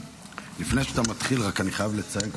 לפני שאתה מתחיל אני רק חייב לציין,